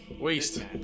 Waste